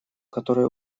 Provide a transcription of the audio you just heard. которая